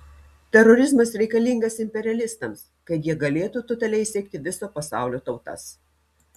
terorizmas reikalingas imperialistams kad jie galėtų totaliai sekti viso pasaulio tautas